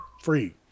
Free